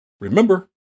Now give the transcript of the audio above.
Remember